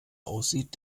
aussieht